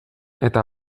eta